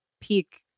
peak